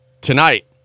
Tonight